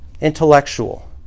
intellectual